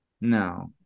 No